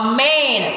Amen